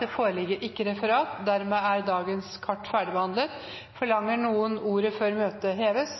Det foreligger ikke noe referat. Dermed er dagens kart ferdig behandlet. Forlanger noen ordet før møtet heves?